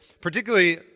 particularly